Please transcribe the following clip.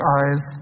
eyes